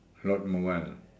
Lord mobile